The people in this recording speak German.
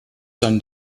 sein